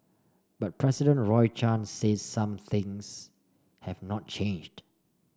but President Roy Chan says some things have not changed